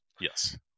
Yes